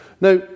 Now